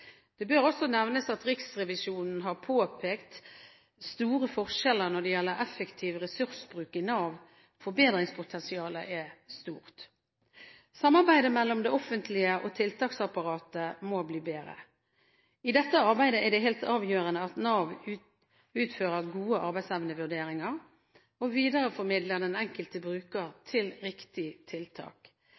Det bør også nevnes at Riksrevisjonen har påpekt store forskjeller når det gjelder effektiv ressursbruk i Nav. Forbedringspotensialet er stort. Samarbeidet mellom det offentlige og tiltaksapparatet må bli bedre. I dette arbeidet er det helt avgjørende at Nav utfører gode arbeidsevnevurderinger og videreformidler den enkelte bruker til riktig tiltak.